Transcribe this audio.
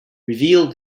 revealed